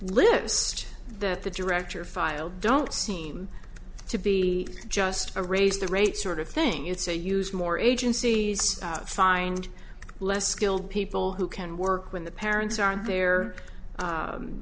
list that the director filed don't seem to be just a raised the rate sort of thing it's a use more agencies find less skilled people who can work when the parents aren't there